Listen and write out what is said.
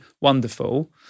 wonderful